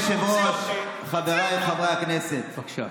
אדוני היושב-ראש, חבריי חברי הכנסת, בבקשה.